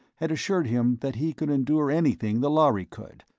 had assured him that he could endure anything the lhari could,